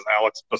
Alex